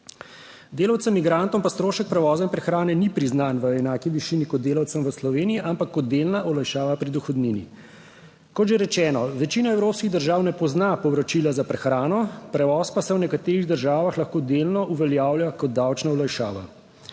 Delavcem migrantom pa strošek prevoza in prehrane ni priznan v enaki višini, kot delavcem v Sloveniji, ampak kot delna olajšava pri dohodnini. Kot že rečeno, večina evropskih držav ne pozna povračila za prehrano, prevoz pa se v nekaterih državah lahko delno uveljavlja kot davčna olajšava.